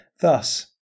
Thus